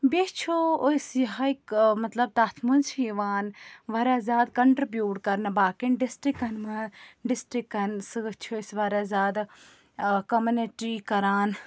بیٚیہِ چھُ أسۍ یِہٲے ٲں مطلب تَتھ منٛز چھِ یِوان واریاہ زیادٕ کَنٹرٛبیٛوٗٹ کَرنہٕ باقیَن ڈِسٹِرٛکَن مَنٛز ڈِسٹِرٛکَن سۭتۍ چھِ أسۍ واریاہ زیادٕ ٲں کوٚمنِٹی کَران